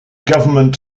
government